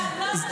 לא בשבת.